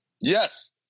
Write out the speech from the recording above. Yes